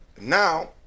now